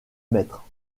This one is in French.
mètre